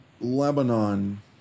Lebanon